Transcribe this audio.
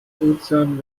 ozean